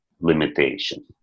limitation